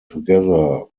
together